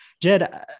Jed